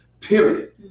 Period